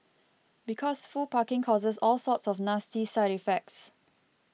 because full parking causes all sorts of nasty side effects